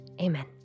Amen